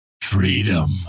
Freedom